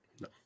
No